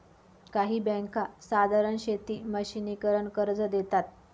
काही बँका साधारण शेती मशिनीकरन कर्ज देतात